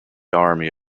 army